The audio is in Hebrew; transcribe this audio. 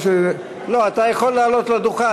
לא, אתה יכול לעלות לדוכן.